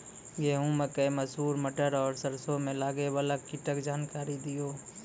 गेहूँ, मकई, मसूर, मटर आर सरसों मे लागै वाला कीटक जानकरी दियो?